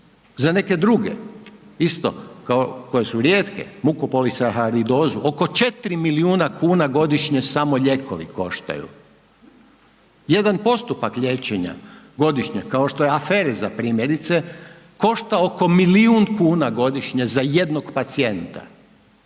za neke druge isto koje su rijetke, mukopolisaharidozu, oko 4 milijuna kuna godišnje samo lijekovi koštaju, jedan postupak liječenja godišnje kao što je aferiza primjerice košta oko milijun kuna godišnje za jednog pacijenta,